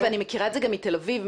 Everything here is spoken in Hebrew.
ואני מכירה את זה גם מתל אביב,